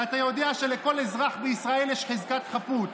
ואתה יודע שלכל אזרח בישראל יש חזקת חפות.